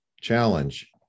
challenge